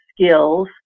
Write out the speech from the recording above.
skills